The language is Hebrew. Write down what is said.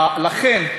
לכן,